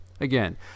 again